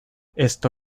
esto